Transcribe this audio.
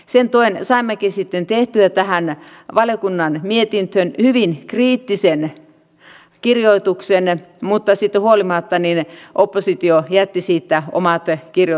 sen työn saimmekin sitten tehtyä tähän valiokunnan mietintöön hyvin kriittisen kirjoituksen mutta siitä huolimatta oppositio jätti siitä oma tie kirja